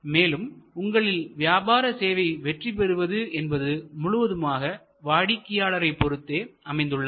மேலும் உங்களின் வியாபார சேவை வெற்றி பெறுவது என்பது முழுவதுமாக வாடிக்கையாளர்களை பொறுத்தே அமைந்துள்ளது